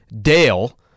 Dale